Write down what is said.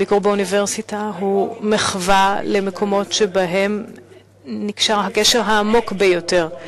הביקור באוניברסיטה הוא מחווה למקומות שבהם נקשר הקשר העמוק ביותר.